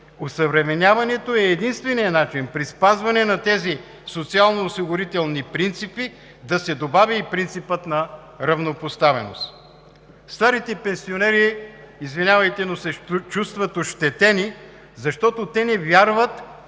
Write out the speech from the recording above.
Осъвременяването е единственият начин при спазване на тези социално-осигурителни принципи да се добави и принципът на равнопоставеност. Старите пенсионери, извинявайте, но се чувстват ощетени, защото те не вярват,